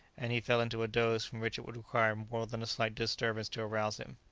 and he fell into a doze from which it would require more than a slight disturbance to arouse him.